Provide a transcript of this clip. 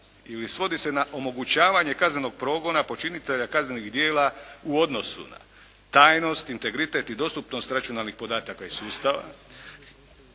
ili svodi se na omogućavanje kaznenog progona počinitelja kaznenih djela u odnosu na tajnost, integritet i dostupnost računalnih podataka i sustava,